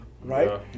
Right